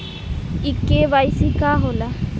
इ के.वाइ.सी का हो ला?